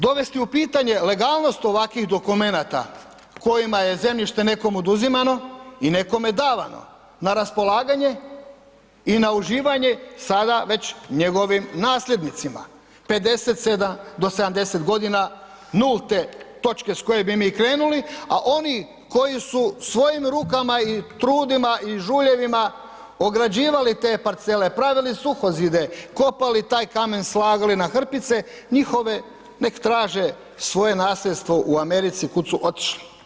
Dovesti u pitanje legalnost ovakvih dokumenata kojima je zemljište nekom oduzimano i nekome davano na raspolaganje i na uživanje sada već njegovim nasljednicima, 57 do 70 godina nulte točke s koje bi mi krenuli a oni koji su svojim rukama i trudima i žuljevima ograđivali te parcele pravili suhozide, kopali taj kamen, slagali na hrpice njihove neka traže svoje nasljedstvo u Americi kud su otišli.